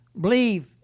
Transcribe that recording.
believe